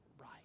right